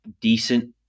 decent